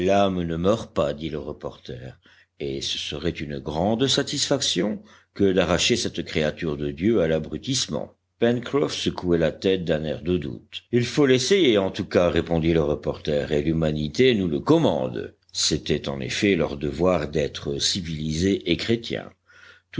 l'âme ne meurt pas dit le reporter et ce serait une grande satisfaction que d'arracher cette créature de dieu à l'abrutissement pencroff secouait la tête d'un air de doute il faut l'essayer en tout cas répondit le reporter et l'humanité nous le commande c'était en effet leur devoir d'êtres civilisés et chrétiens